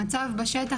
המצב בשטח,